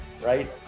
right